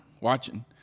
watching